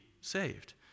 saved